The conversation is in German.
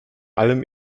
allem